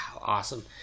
awesome